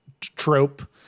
trope